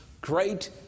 great